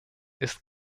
ist